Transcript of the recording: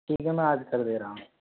ठीक है मैं आज कर दे रहा हूँ